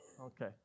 okay